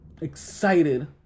excited